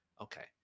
Okay